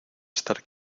estar